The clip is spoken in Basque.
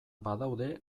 badaude